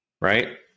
right